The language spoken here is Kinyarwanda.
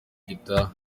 gitaha